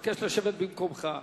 סליחה רגע.